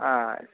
ᱟᱨ